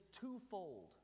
twofold